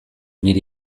nire